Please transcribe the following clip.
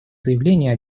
заявления